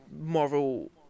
moral